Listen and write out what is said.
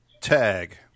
Tag